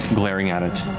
glaring at it.